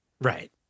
Right